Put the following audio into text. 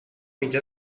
mitjà